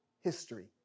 history